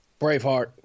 Braveheart